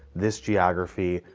this geography,